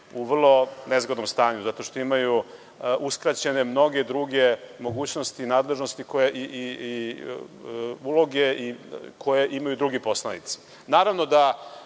u vrlo nezgodnom stanju, zato što imaju uskraćene mnoge druge mogućnosti, nadležnosti i uloge koje imaju drugi poslanici. Naravno da